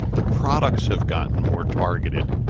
the products have gotten more targeted.